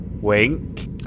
wink